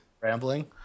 Rambling